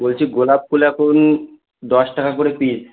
বলছি গোলাপ ফুল এখন দশ টাকা করে পিস